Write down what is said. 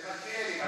זה מלכיאלי,